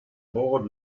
board